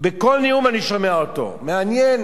בכל נאום אני שומע אותו, מעניין